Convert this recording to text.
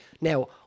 Now